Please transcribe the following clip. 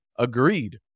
Agreed